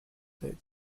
the